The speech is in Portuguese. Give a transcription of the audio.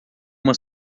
uma